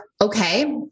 okay